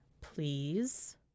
please